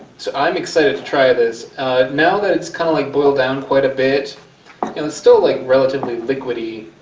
so i'm excited to try this now that it's kind of like boiled down quite a bit and it's still like relatively liquidy